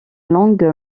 langue